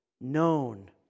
known